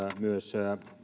myös